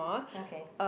okay